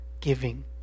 giving